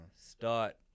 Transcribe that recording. Start